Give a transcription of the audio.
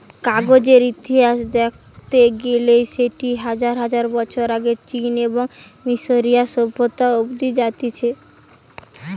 কাগজের ইতিহাস দেখতে গেইলে সেটি হাজার হাজার বছর আগে চীন এবং মিশরীয় সভ্যতা অব্দি জাতিছে